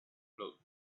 float